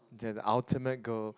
the ultimate goal